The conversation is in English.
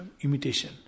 imitation